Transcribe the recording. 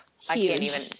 huge